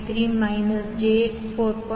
933 minus J 4